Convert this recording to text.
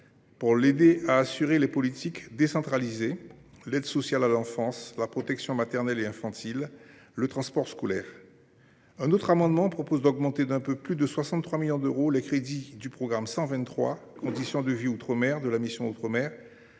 de l’aider à assurer les politiques décentralisées : l’aide sociale à l’enfance, la protection maternelle et infantile, le transport scolaire. Un autre amendement tend à augmenter d’un peu plus de 63 millions d’euros les crédits du programme 123 « Conditions de vie outre mer » de la mission « Outre mer